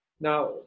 Now